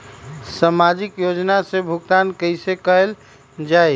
सामाजिक योजना से भुगतान कैसे कयल जाई?